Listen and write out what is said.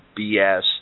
BS